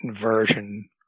version